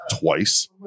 twice